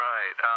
Right